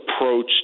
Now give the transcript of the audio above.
approach